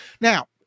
Now